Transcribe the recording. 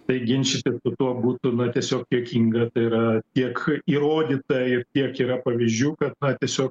tai ginčytis su tuo būtų tiesiog juokinga tai yra tiek įrodyta ir tiek yra pavyzdžių kad tiesiog